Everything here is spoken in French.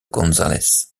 gonzález